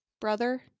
brother